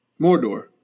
Mordor